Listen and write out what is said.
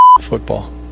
football